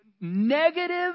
negative